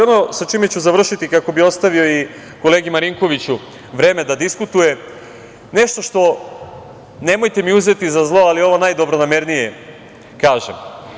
Ono čime ću završiti, kako bi ostavio i kolegi Marinkoviću vreme da diskutuje, nešto što, nemojte mi uzeti za zlo, ali ovo najdobronamernije kažem.